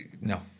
No